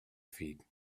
feet